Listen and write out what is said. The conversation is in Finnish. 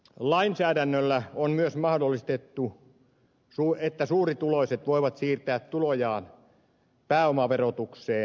lainsäädännöllä on myös mahdollistettu että suurituloiset voivat siirtää tulojaan pääomaverotukseen